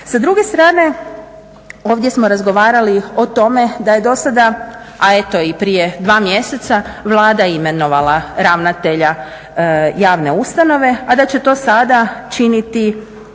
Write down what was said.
Sa druge strane ovdje smo razgovarali o tome da je do sada, a eto i prije dva mjeseca Vlada imenovala ravnatelja javne ustanove, a da će to sada činiti